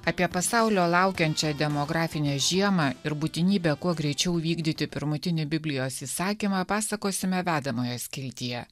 apie pasaulio laukiančią demografinę žiemą ir būtinybę kuo greičiau vykdyti pirmutinį biblijos įsakymą pasakosime vedamojo skiltyje